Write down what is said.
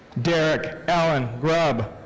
derrick allen grubb.